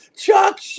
Chuck